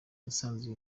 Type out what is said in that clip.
musanze